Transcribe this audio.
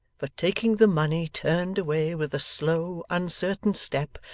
but taking the money turned away with a slow, uncertain step,